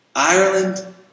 Ireland